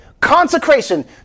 consecration